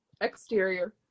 exterior